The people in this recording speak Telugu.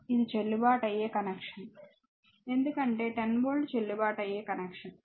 కాబట్టి ఇది చెల్లుబాటు అయ్యే కనెక్షన్ ఎందుకంటే 10 వోల్ట్ చెల్లుబాటు అయ్యే కనెక్షన్